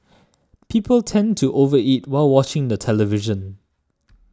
people tend to over eat while watching the television